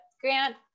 grant